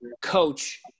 coach